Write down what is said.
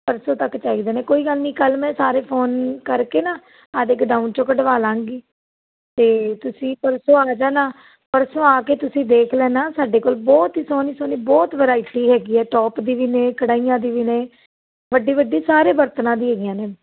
ਪਰਸੋਂਂ ਤੱਕ ਚਾਹੀਦੇ ਨੇ ਕੋਈ ਗੱਲ ਨਹੀਂ ਕੱਲ੍ਹ ਮੈਂ ਸਾਰੇ ਫੋਨ ਕਰਕੇ ਨਾ ਆਪਣੇ ਗਡਾਊਨ 'ਚੋਂ ਕਢਵਾ ਲਾਂਗੀ ਅਤੇ ਤੁਸੀਂ ਪਰਸੋਂ ਆ ਜਾਣਾ ਪਰਸੋਂ ਆਕੇ ਤੁਸੀਂ ਦੇਖ ਲੈਣਾ ਸਾਡੇ ਕੋਲ ਬਹੁਤ ਹੀ ਸੋਹਣੀ ਸੋਹਣੀ ਬਹੁਤ ਵਰਾਇਟੀ ਹੈਗੀ ਹੈ ਟੋਪ ਦੀ ਵੀ ਨੇ ਕੜਾਹੀਆਂ ਦੀ ਵੀ ਨੇ ਵੱਡੇ ਵੱਡੇ ਸਾਰੇ ਬਰਤਨਾਂ ਦੀ ਹੈਗੀਆਂ ਨੇ